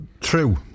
true